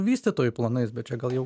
vystytojų planais bet čia gal jau